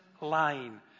line